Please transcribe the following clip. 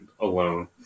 alone